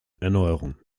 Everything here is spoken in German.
erneuerung